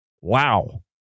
wow